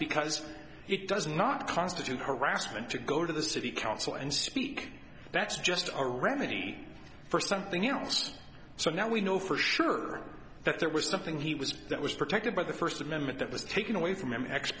because it does not constitute harassment to go to the city council and speak that's just a remedy for something else so now we know for sure that there was something he was that was protected by the first amendment that was taken away from